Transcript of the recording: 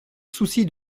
souci